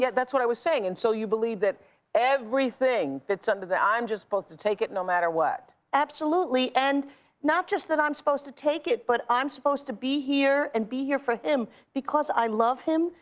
yeah that's what i was saying. and so you believe that everything fits under the i'm just supposed to take it no matter what? ms. rodwin absolutely. and not just that i'm supposed to take it but i'm supposed to be here and be here for him because i love him,